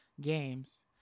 games